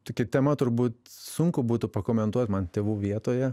tokia tema turbūt sunku būtų pakomentuot man tėvų vietoje